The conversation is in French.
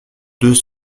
deux